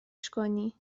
کنی